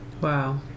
Wow